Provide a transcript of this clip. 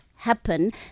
happen